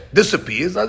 disappears